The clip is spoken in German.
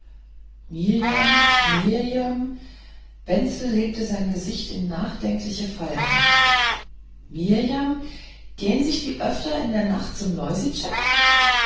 wenzel legte sein gesicht in nachdenkliche falten mirjam gäht sich die öfters in der nacht zum